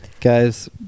guys